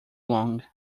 long